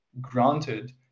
granted